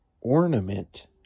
ornament